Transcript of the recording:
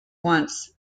once